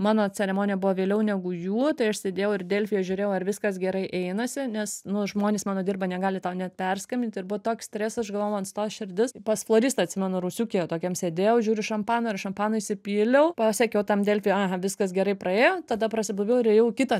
mano ceremonija buvo vėliau negu jų tai aš sėdėjau ir delfyje žiūrėjau ar viskas gerai einasi nes nu žmonės mano dirba negali tau net perskambinti ir buvo toks stresas aš galvojau man sustos širdis pas floristą atsimenu rūsiukyje tokiam sėdėjau žiūriu šampano yra šampano įsipyliau pasekiau tam delfyje aha viskas gerai praėjo tada prasiblaiviau ir ėjau į kitą